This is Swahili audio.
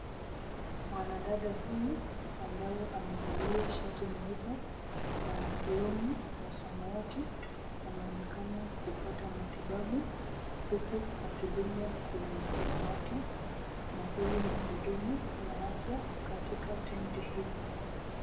Mwanadada huyu ambaye amevalia shati nyeupe na long'i ya samawati anaonekana akipata matibabu, huku akidungwa kwenye mkono wake na huyu mhudumu wa afya katika tenti hii.